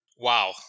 wow